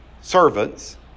servants